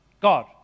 God